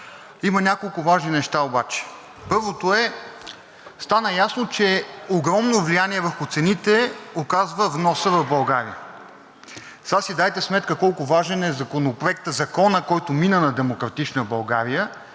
има няколко важни неща. Първо стана ясно, че огромно влияние върху цените оказва вносът в България. Сега си дайте сметка колко важен е Законът, който мина, на „Демократична България“,